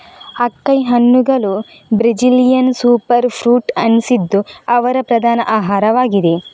acai ಹಣ್ಣುಗಳು Brazilian super fruit ಅನಿಸಿದ್ದು ಅವರ ಪ್ರಧಾನ ಆಹಾರವಾಗಿದೆ